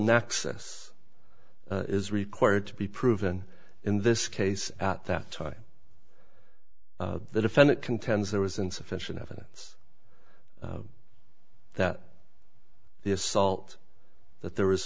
nexus is required to be proven in this case at that time the defendant contends there was insufficient evidence that the assault that there